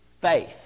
Faith